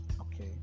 okay